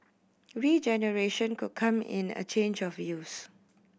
regeneration could come in a change of use